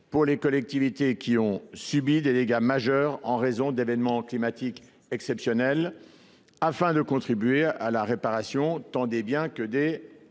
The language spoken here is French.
profit des collectivités qui ont subi des dégâts majeurs en raison d’événements climatiques exceptionnels, afin de contribuer à la réparation des biens et